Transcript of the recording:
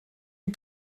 you